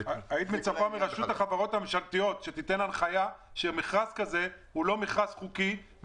היית מצפה מהחברות הממשלתיות לתת הנחיה שמכרז כזה הוא לא מכרז חוקי,